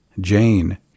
Jane